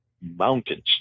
mountains